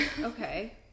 Okay